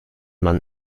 mann